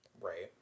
right